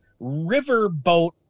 riverboat